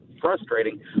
frustrating